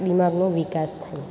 દિમાગનો વિકાસ થાય